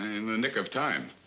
in the nick of time.